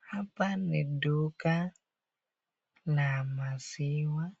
Hapa ni duka la maziwa